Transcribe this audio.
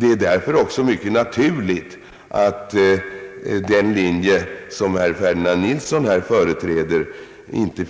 Det är därför också mycket naturligt att den linje som herr Ferdinand Nilsson företräder inte